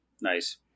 Nice